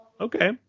Okay